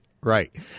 right